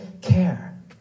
care